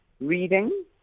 reading